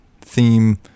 theme